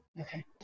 Okay